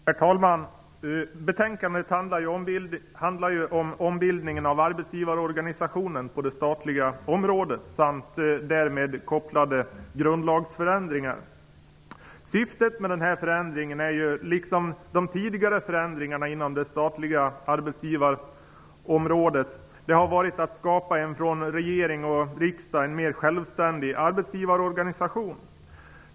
Herr talman! Betänkandet handlar om ombildningen av arbetsgivarorganisationen på det statliga området och därtill kopplade grundlagsförändringar. Syftet med förändringen, liksom med de tidigare förändringarna inom det statliga arbetsgivarområdet, har varit att skapa en från regering och riksdag mer självständig arbetsgivarorganisation.